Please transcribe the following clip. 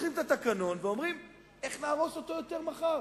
פותחים את התקנון ואומרים: איך נהרוס אותו יותר מחר?